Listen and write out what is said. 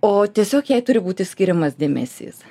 o tiesiog jai turi būti skiriamas dėmesys